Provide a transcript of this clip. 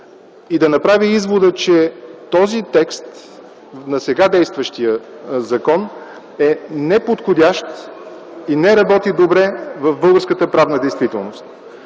и да направя извода, че този текст на сега действащия закон е неподходящ и не работи добре в българската правна действителност.